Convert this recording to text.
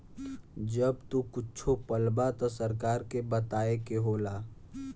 जब तू कुच्छो पलबा त सरकार के बताए के होला